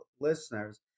listeners